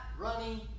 running